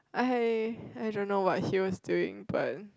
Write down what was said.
I I don't know what he was doing but